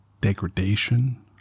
degradation